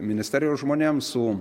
ministerijos žmonėm su